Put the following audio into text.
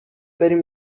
بریم